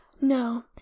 no